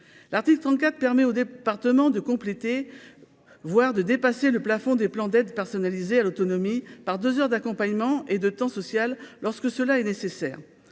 l'article 34 permet au département de compléter, voire de dépasser le plafond des plans d'aide personnalisée à l'autonomie par 2 heures d'accompagnement et de temps social lorsque cela est nécessaire,